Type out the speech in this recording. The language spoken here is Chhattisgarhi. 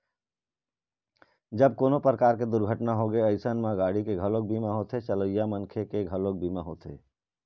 जब कोनो परकार के दुरघटना होगे अइसन म गाड़ी के घलोक बीमा होथे, चलइया मनखे के घलोक बीमा होथे